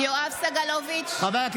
בושה,